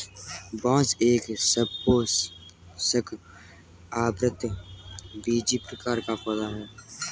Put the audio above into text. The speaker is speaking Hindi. बांस एक सपुष्पक, आवृतबीजी प्रकार का पौधा है